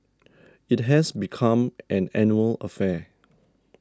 it has become an annual affair